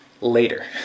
later